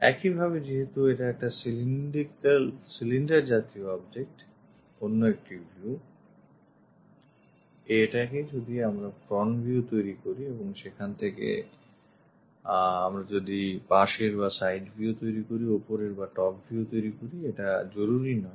একইভাবে যেহেতু এটা একটা cylinder জাতীয় object অন্য একটি view এই এটাকে যদি আমরা front view তৈরি করি এবং সেখান থেকে আমরা যদি পাশের বা side view তৈরি করি ওপরের বা top view তৈরি করি এটা জরুরী নয়